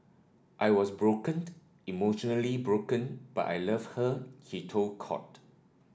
I was broken emotionally broken but I loved her he told court